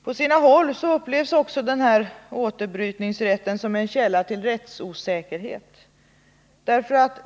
På sina håll upplevs också återbrytningsrätten som en källa till rättsosäkerhet.